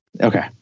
Okay